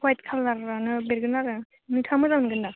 white खालारानो बेरगोन आरो नोंथाङा मोजां मोनगोन दा